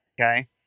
Okay